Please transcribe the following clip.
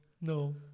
No